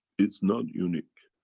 it's not unique.